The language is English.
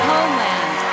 Homeland